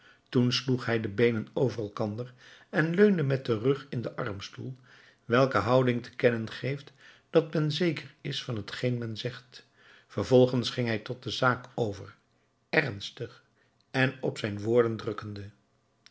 toen sloeg hij de beenen over elkander en leunde met den rug in den armstoel welke houding te kennen geeft dat men zeker is van t geen men zegt vervolgens ging hij tot de zaak over ernstig en op zijn woorden drukkende